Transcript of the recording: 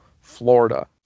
Florida